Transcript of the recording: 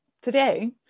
today